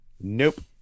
Nope